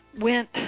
went